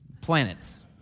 planets